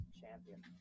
champion